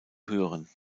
hören